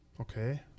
Okay